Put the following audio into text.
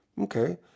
Okay